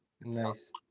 Nice